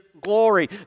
glory